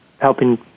helping